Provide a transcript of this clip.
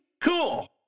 Cool